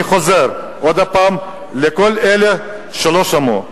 אני חוזר עוד פעם, לכל אלה שלא שמעו: